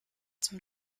zum